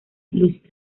luis